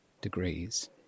degrees